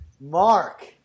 Mark